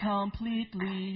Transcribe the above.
Completely